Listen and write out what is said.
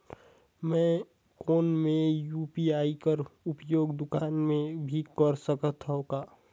कौन मै यू.पी.आई कर उपयोग दुकान मे भी कर सकथव का?